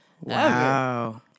Wow